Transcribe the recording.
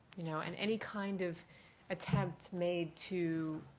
you know and any kind of attempt made to